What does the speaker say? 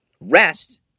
Rest